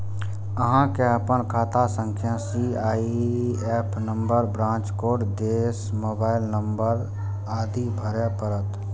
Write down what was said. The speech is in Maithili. अहां कें अपन खाता संख्या, सी.आई.एफ नंबर, ब्रांच कोड, देश, मोबाइल नंबर आदि भरय पड़त